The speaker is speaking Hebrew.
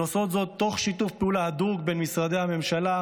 הם עושים זאת תוך שיתוף פעולה הדוק בין משרדי הממשלה,